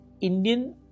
Indian